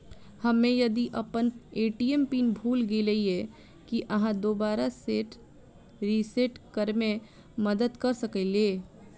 हम्मे यदि अप्पन ए.टी.एम पिन भूल गेलियै, की अहाँ दोबारा सेट रिसेट करैमे मदद करऽ सकलिये?